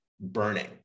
burning